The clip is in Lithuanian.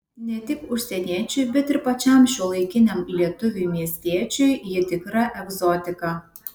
ne tik užsieniečiui bet ir pačiam šiuolaikiniam lietuviui miestiečiui ji tikra egzotika